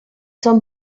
són